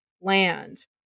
land